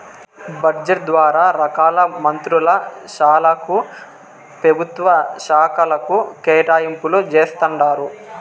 budget ద్వారా రకాల మంత్రుల శాలకు, పెభుత్వ శాకలకు కేటాయింపులు జేస్తండారు